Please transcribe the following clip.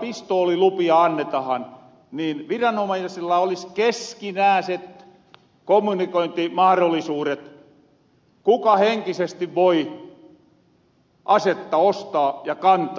pistoolilupia annetahan niin viranomaisilla olis keskinääset kommunikointimahrollisuudet kuka henkisesti voi asetta ostaa ja kantaa